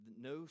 No